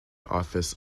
office